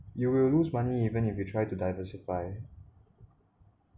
you will lose money even if you try to diversify